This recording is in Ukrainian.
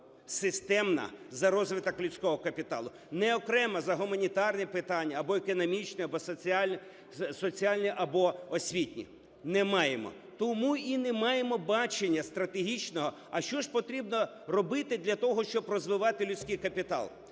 системно за розвиток людського капіталу. Не окремо за гуманітарні питання, або економічні, або соціальні, або освітні. Не маємо, тому і не маємо бачення стратегічного. А що потрібно робити для того, щоб розвивати людський капітал?